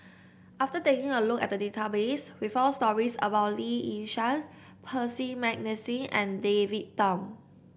after taking a look at the database we found stories about Lee Yi Shyan Percy McNeice and David Tham